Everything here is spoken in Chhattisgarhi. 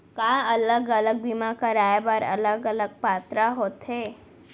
का अलग अलग बीमा कराय बर अलग अलग पात्रता होथे?